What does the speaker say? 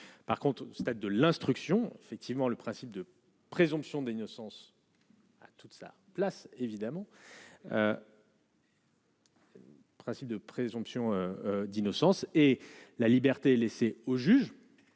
par contre au stade de l'instruction, effectivement, le principe de présomption d'innocence. Toute sa place évidemment. Principe de présomption d'innocence et la liberté laissée au juge